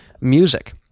music